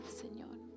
Señor